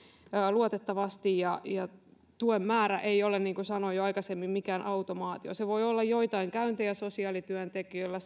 luotettavasti tuen määrä ei ole niin kuin sanoin jo aikaisemmin mikään automaatio se voi olla joitain käyntejä sosiaalityöntekijöillä